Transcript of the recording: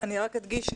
אני רק אדגיש,